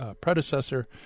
predecessor